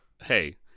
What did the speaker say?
Hey